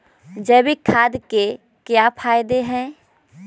जैविक खाद के क्या क्या फायदे हैं?